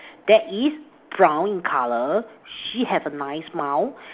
that is brown in colour she have a nice smile